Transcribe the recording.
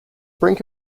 brink